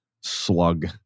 slug